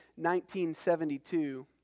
1972